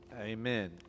Amen